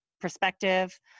perspective